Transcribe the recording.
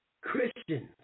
Christians